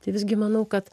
tai visgi manau kad